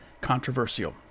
controversial